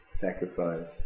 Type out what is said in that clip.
sacrifice